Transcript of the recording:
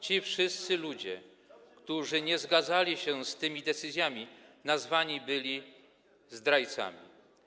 Ci wszyscy ludzie, którzy nie zgadzali się z tymi decyzjami, nazwani byli zdrajcami.